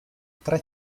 tre